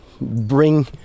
bring